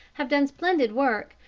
have done splendid work,